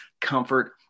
comfort